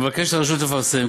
שהרשות מבקשת לפרסם,